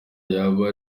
yaba